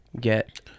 get